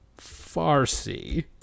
Farsi